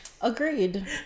Agreed